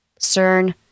CERN